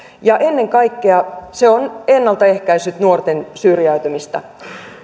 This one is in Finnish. ja ennen kaikkea se on ennalta ehkäissyt nuorten syrjäytymistä